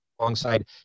Alongside